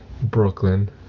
Brooklyn